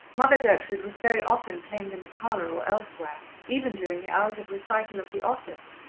mother gertrude was very often claimed in the parlour or elsewhere, even during the hours of recital of the office,